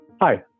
Hi